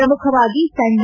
ಪ್ರಮುಖವಾಗಿ ಸಣ್ಣ